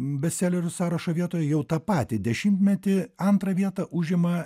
bestselerių sąrašo vietoje jau tą patį dešimtmetį antrą vietą užima